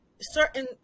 certain